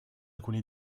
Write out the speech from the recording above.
alcuni